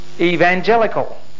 evangelical